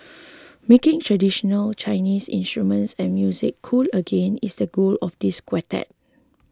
making traditional Chinese instruments and music cool again is the goal of this quartet